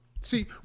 See